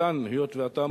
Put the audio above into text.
שהכנסת,